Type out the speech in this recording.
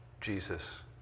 Jesus